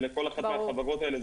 לכל אחת מהחברות האלה,